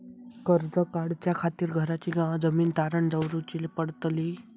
कर्ज काढच्या खातीर घराची किंवा जमीन तारण दवरूची पडतली?